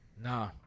Nah